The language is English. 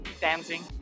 dancing